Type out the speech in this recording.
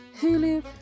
Hulu